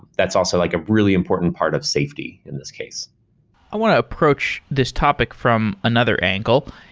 that's also like a really important part of safety in this case i want to approach this topic from another angle.